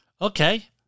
Okay